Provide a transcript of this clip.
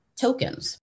tokens